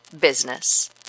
business